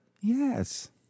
Yes